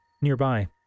Nearby